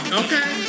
okay